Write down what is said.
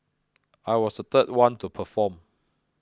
I was the third one to perform